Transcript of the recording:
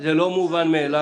זה לא מובן מאיליו,